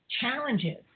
challenges